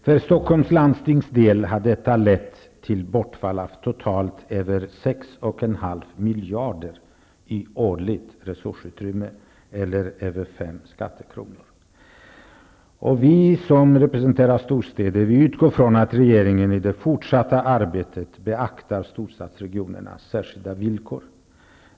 För Stockholms landstings del har detta lett till bortfall av totalt över 6,5 miljarder i årligt resursutrymme eller över 5 skattekronor. Vi som representerar storstäder utgår från att regeringen i det fortsatta arbetet beaktar storstadsregionernas särskilda villkor.